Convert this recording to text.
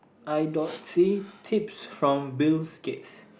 I don't see tips from Bill-Gate's